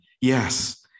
Yes